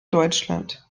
deutschland